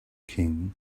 king